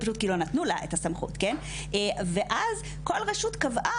כי לא נתנו לה את הסמכות ואז כל רשות קבעה,